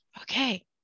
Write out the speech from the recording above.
Okay